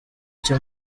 cye